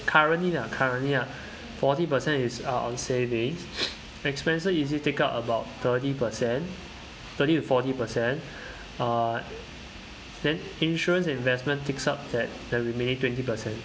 currently lah currently lah forty per cent is uh on savings expenses easily take up about thirty percent thirty to forty percent uh then insurance investment takes up that the remaining twenty percent